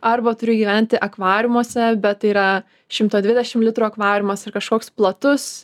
arba turi gyventi akvariumuose bet tai yra šimto dvidešim litrų akvariumas ar kažkoks platus